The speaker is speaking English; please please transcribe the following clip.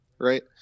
right